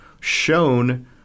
shown